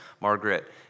Margaret